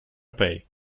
pay